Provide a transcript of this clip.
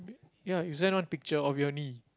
ya you send one picture of your knee